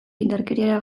indarkeriara